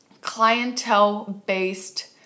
clientele-based